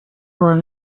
run